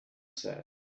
said